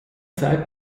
zeit